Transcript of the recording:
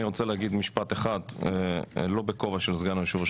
אני רוצה להגיד משפט אחד לא בכובע של סגן יושב-ראש